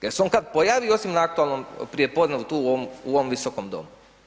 Je li se on kad pojavi osim na aktualnom prijepodnevu tu ovom Visokom domu?